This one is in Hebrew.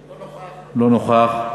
לא נוכח,